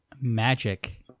Magic